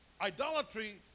Idolatry